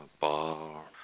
bar